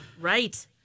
right